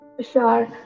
Sure